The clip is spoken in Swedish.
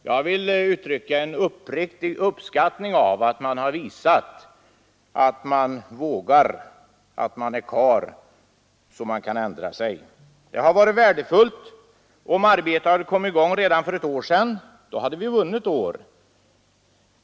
Jag vill uttrycka en uppriktig uppskattning av att man har visat att man är karl nog att kunna ändra sig. Det hade varit värdefullt om arbetet kommit i gång redan för ett år sedan. Då hade vi vunnit ett år.